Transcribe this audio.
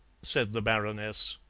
said the baroness.